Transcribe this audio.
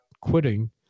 quitting